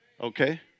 Okay